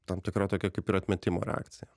tam tikra tokia kaip ir atmetimo reakciją